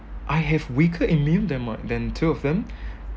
I have weaker immune than my than two of them